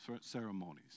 ceremonies